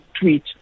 tweet